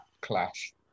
clash